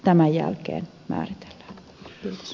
tämän jälkeen määritellään